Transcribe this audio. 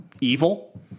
Evil